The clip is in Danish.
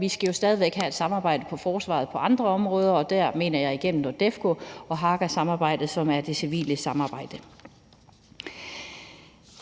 vi jo stadig væk skal have et samarbejde om forsvaret på andre områder, og der mener jeg igennem NORDEFCO og Hagasamarbejdet, som er det civile samarbejde.